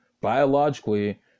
biologically